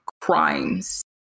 crimes